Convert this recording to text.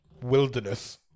wilderness